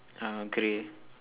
uh grey